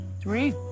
Three